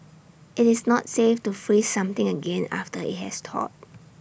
IT is not safe to freeze something again after IT has thawed